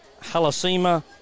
Halasima